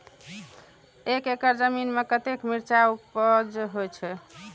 एक एकड़ जमीन में कतेक मिरचाय उपज होई छै?